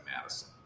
Madison